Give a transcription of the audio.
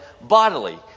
bodily